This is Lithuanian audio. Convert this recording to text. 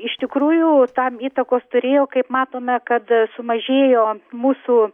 iš tikrųjų tam įtakos turėjo kaip matome kad sumažėjo mūsų